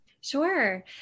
sure